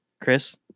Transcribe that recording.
Chris